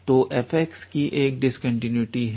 तो f कि एक डिस्कंटीन्यूटी है